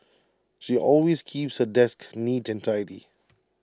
she always keeps her desk neat and tidy